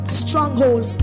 stronghold